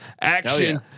action